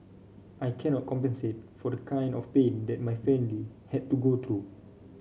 I cannot compensate for the kind of pain that my family had to go through